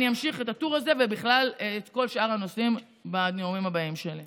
אני אמשיך את הטור הזה ובכלל את כל שאר הנושאים בנאומים הבאים שלי.